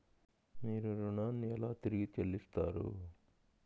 మీరు ఋణాన్ని ఎలా తిరిగి చెల్లిస్తారు?